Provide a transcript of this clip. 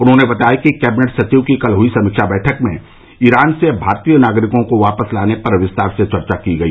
उन्होंने बताया कि कैबिनेट सचिव की कल हुई समीक्षा बैठक में ईरान से भारतीय नागरिकों को वापस लाने पर विस्तार से चर्चा की गई